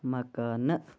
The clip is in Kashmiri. مکانہٕ